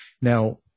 Now